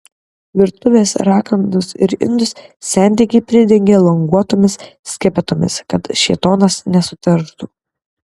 virtuvės rakandus ir indus sentikiai pridengia languotomis skepetomis kad šėtonas nesuterštų